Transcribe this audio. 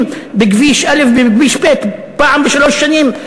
בין כביש א' לכביש ב' פעם בשלוש שנים,